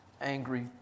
angry